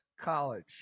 College